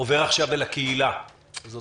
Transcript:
עובר עכשיו אל הקהילה שנפתחת.